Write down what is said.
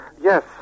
Yes